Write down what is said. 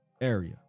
area